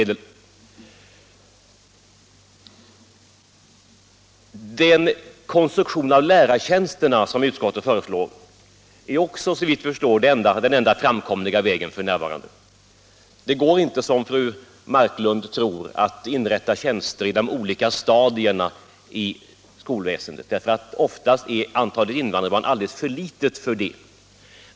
Den konstruktion av lärartjänsterna som utskottet föreslår är också såvitt jag förstår den enda framkomliga vägen f.n. Det går inte, som fru Marklund tror, att inrätta tjänster i de olika stadierna i skolväsendet; oftast är antalet invandrarbarn alldeles för litet för det.